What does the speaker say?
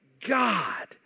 God